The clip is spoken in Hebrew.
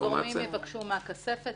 הגורמים יבקשו מהכספת.